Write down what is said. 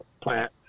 plant